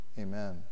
Amen